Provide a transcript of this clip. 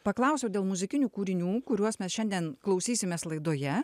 paklausiau dėl muzikinių kūrinių kuriuos mes šiandien klausysimės laidoje